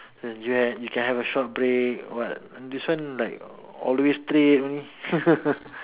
you can you can have a short break what this one like always play